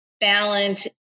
balance